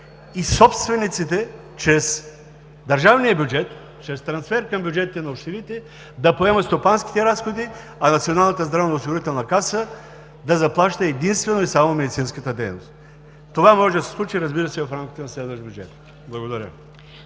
и собствениците чрез държавния бюджет, чрез трансфер към бюджетите на общините да поемат стопанските разходи, а Националната здравноосигурителна каса да заплаща единствено и само медицинската дейност. Това може да се случи, разбира се, в рамките на следващ бюджет. Благодаря